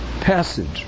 passage